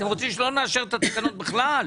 אתם רוצים שלא נאשר את התקנות בכלל?